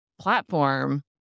platform